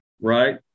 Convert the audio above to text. right